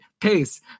pace